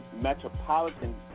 metropolitan